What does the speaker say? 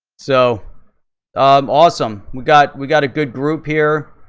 so um awesome we got we got a good group here,